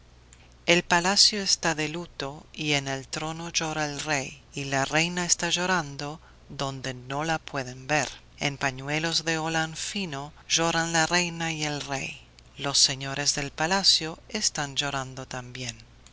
el palacio está de luto y en el trono llora el rey y la reina está llorando donde no la pueden ver en pañuelos de holán fino lloran la reina y el rey los señores del palacio están llorando también